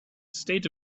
state